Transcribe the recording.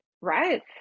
Right